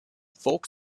folk